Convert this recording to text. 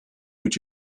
moet